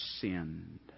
sinned